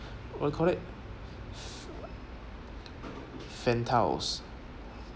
what you called it Fen Tao